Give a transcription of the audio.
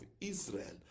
Israel